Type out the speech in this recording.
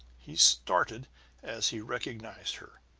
he started as he recognized her.